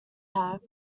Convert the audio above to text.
have